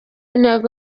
intego